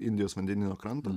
indijos vandenyno kranto